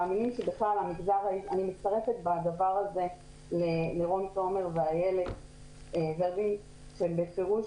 אני מצטרפת בעניין זה לרון תומר ולאיילת ורבין שהם בפירוש